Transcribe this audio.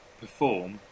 perform